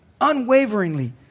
unwaveringly